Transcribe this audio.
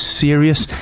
serious